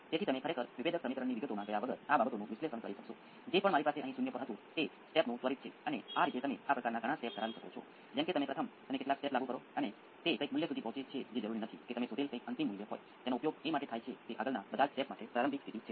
તેથી તમે output 100 micro seconds પછી જુઓ નેચરલ રિસ્પોન્સ માં ખૂબ જ સરળ રીતે માત્ર ફોર્સ રિસ્પોન્સ રહેશે નહીં તેથી જ સાઇનુંસોઇડલ ઇનપુટ્સ એક્સ્પોનેંસિયલ નથી